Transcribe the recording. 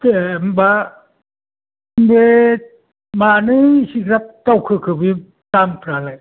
दे होनबा बे मानो एसेग्राब दावखोखो बे दामफ्रालाय